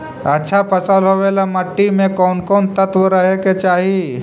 अच्छा फसल होबे ल मट्टी में कोन कोन तत्त्व रहे के चाही?